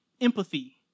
empathy